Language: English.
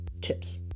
tips